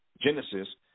Genesis